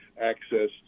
access